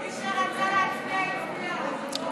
מי שירצה להצביע, יצביע.